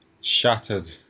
Shattered